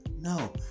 No